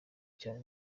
cyane